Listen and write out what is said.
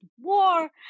war